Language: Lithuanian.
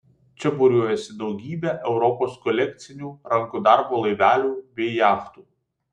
čia būriuojasi daugybė europos kolekcinių rankų darbo laivelių bei jachtų